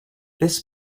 this